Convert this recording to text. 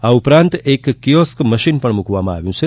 આ ઉપરાંત એક કિઓસ્ક મશીન પણ મુકવામાં આવ્યું છે